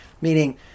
meaning